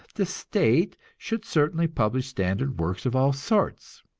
the state should certainly publish standard works of all sorts,